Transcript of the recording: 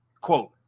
quote